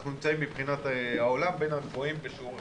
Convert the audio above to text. אנחנו נמצאים מבחינת העולם בין הגבוהים בשיעור החיוביים.